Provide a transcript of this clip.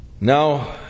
Now